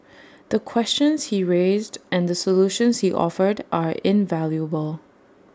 the questions he raised and the solutions he offered are invaluable